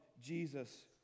Jesus